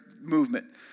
movement